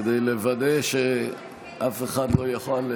כדי לוודא שאף אחד לא יוכל,